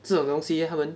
这种东西他们